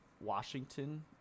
Washington